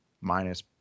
minus